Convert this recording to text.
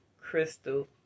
crystal